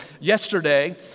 Yesterday